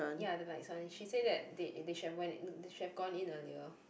ya the lights one she say that they they should have went in they should have gone in earlier